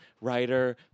writer